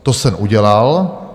To jsem udělal.